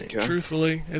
Truthfully